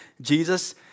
Jesus